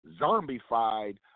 zombified